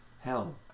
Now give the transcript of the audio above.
hell